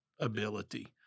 ability